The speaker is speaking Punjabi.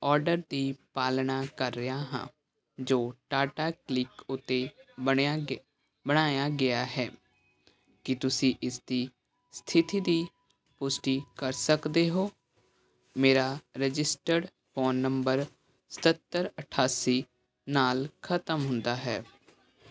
ਆਰਡਰ ਦੀ ਪਾਲਣਾ ਕਰ ਰਿਹਾ ਹਾਂ ਜੋ ਟਾਟਾ ਕਲਿਕ ਉੱਤੇ ਬਣਿਆ ਗਿਆ ਬਣਾਇਆ ਗਿਆ ਹੈ ਕੀ ਤੁਸੀਂ ਇਸ ਦੀ ਸਥਿਤੀ ਦੀ ਪੁਸ਼ਟੀ ਕਰ ਸਕਦੇ ਹੋ ਮੇਰਾ ਰਜਿਸਟਰਡ ਫੋਨ ਨੰਬਰ ਸਤੱਤਰ ਅਠਾਸੀ ਨਾਲ ਖਤਮ ਹੁੰਦਾ ਹੈ